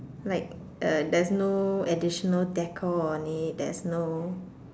like uh there's no additional decor or any there's no